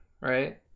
right